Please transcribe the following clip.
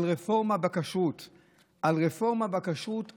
על רפורמה בכשרות,